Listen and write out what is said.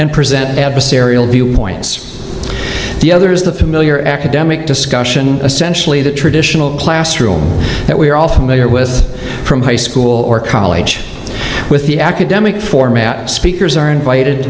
and present adversarial viewpoints the other is the familiar academic discussion essentially the traditional classroom that we're all familiar with from high school or college with the academic format speakers are invited